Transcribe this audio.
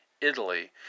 Italy